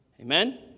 Amen